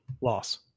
Loss